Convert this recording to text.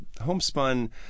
homespun